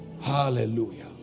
Hallelujah